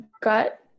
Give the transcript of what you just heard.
gut